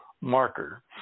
marker